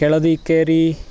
Keladi Ikkeri